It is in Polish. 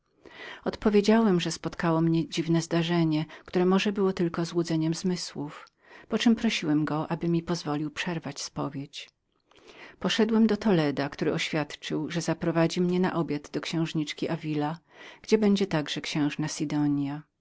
odpowiedziałem że spotkało mnie dziwne zdarzenie które może było tylko złudzeniem zmysłów przy czem prosiłem go aby mi pozwolił przerwać spowiedź poszedłem do toledo który oświadczył że zaprowadzi mnie do księżniczki davila gdzie także będzie księżna sidonia